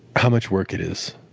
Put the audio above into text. how much work it is.